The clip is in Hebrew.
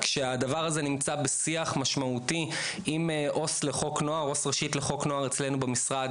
כאשר הדבר הזה נמצא בשיח משמעותי עם עו"ס ראשית לחוק נוער אצלנו במשרד,